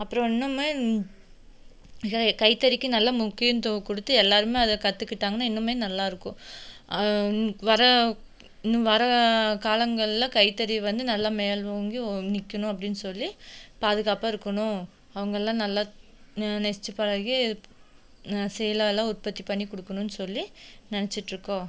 அப்றம் இன்னும் கைத்தறிக்கு நல்ல முக்கியத்துவம் கொடுத்து எல்லோருமே அதை கற்றுக்கிட்டாங்கனா இன்னும் நல்லா இருக்கும் வர்ற இன்னும் வர்ற காலங்களில் கைத்தறியை வந்து நல்லா மேல்லோங்கி நிக்கணும் அப்டின்னு சொல்லி பாதுகாப்பா இருக்குணும் அவங்கள்லாம் நல்லா நெசச்சு பிறகே சீலைலாம் உற்பத்தி பண்ணி கொடுக்கணுன்னு சொல்லி நெனைச்சிட்ருக்கோம்